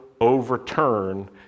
overturn